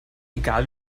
egal